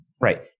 Right